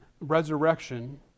resurrection